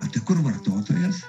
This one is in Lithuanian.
o tai kur vartotojas